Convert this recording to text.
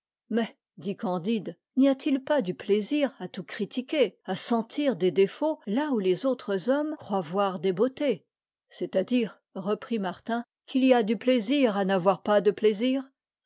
dit candide n'y a-t-il pas du plaisir à tout critiquer à sentir des défauts là où les autres hommes croient voir des beautés c'est-à-dire reprit martin qu'il y a du plaisir à n'avoir pas de plaisir